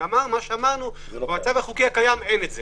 אמרנו שבמצב החוקי הקיים אין את זה.